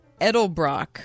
Edelbrock